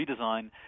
redesign